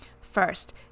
First